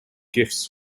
gifts